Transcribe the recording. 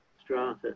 strata